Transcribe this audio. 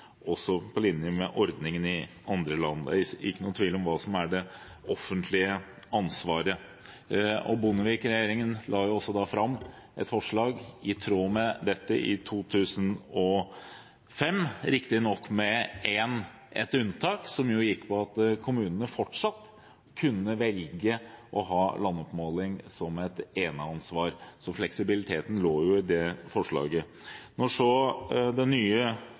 også på linje med ordningen i andre land. Det er ikke noen tvil om hva som er det offentlige ansvaret. Bondevik-regjeringen la også fram et forslag i tråd med dette i 2005, riktignok med ett unntak, som gikk på at kommunene fortsatt kunne velge å ha landmåling som et eneansvar. Fleksibiliteten lå jo i det forslaget. Når så den nye